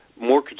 more